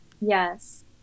yes